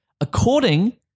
According